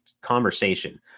conversation